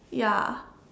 ya